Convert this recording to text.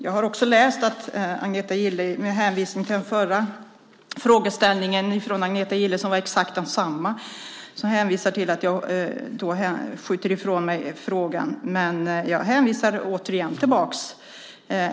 Jag har läst att Agneta Gille - med hänvisning till den förra frågeställningen från Agneta Gille, som var exakt densamma - hänvisar till att jag skjuter ifrån mig frågan, men jag återgår till den.